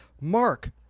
Mark